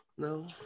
No